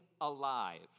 alive